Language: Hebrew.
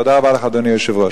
תודה רבה לך, אדוני היושב-ראש.